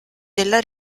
della